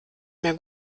mehr